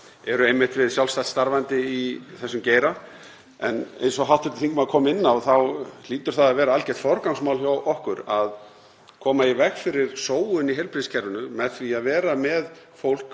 eru einmitt sjálfstætt starfandi í þessum geira. En eins og hv. þingmaður kom inn á þá hlýtur það að vera algjört forgangsmál hjá okkur að koma í veg fyrir sóun í heilbrigðiskerfinu með því að vera með fólk